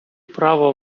права